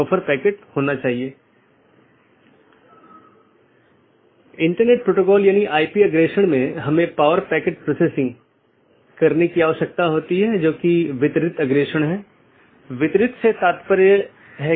जब भी सहकर्मियों के बीच किसी विशेष समय अवधि के भीतर मेसेज प्राप्त नहीं होता है तो यह सोचता है कि सहकर्मी BGP डिवाइस जवाब नहीं दे रहा है और यह एक त्रुटि सूचना है या एक त्रुटि वाली स्थिति उत्पन्न होती है और यह सूचना सबको भेजी जाती है